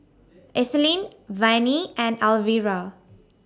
Ethelyn Vannie and Alvira